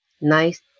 Nice